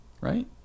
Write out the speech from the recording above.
right